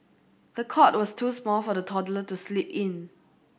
the cot was too small for the toddler to sleep in